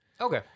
Okay